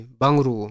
bangru